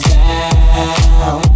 down